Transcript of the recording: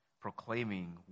proclaiming